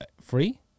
free